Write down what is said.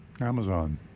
Amazon